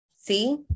see